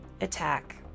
attack